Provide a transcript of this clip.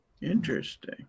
interesting